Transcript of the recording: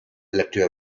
elective